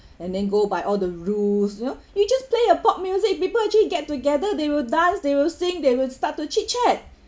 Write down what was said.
and then go by all the rules you know you just play a pop music people actually get together they will dance they will sing they will start to chit-chat